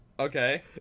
Okay